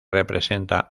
representa